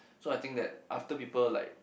so I think that after people like